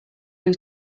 flew